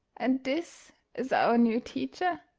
and this is our new teacher.